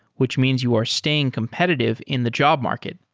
which means you are staying competitive in the job market.